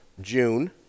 June